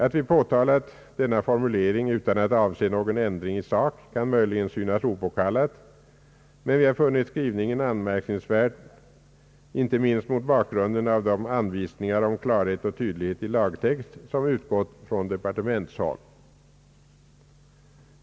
Att vi påtalat denna formulering utan att avse någon ändring i sak kan möjligen synas opåkallat, men vi har funnit skrivningen anmärkningsvärd inte minst mot bakgrunden av de anvisningar om klarhet och tydlighet i lagtext, som utgått från departementshåll.